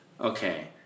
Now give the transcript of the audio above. Okay